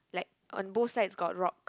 like on both side got rock